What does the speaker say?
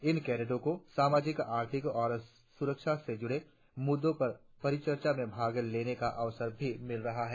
इन कैडेटों को सामाजिक आर्थिक और सुरक्षा से जुड़े मुद्दों पर परिचर्चा में भाग लेने का अवसर भी मिल रहा है